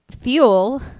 fuel